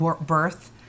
birth